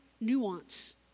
nuance